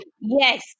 yes